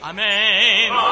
Amen